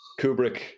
Kubrick